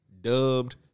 dubbed